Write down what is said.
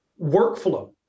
workflow